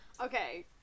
Okay